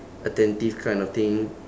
attentive kind of thing